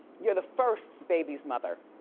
you're the first baby's mother.